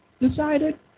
decided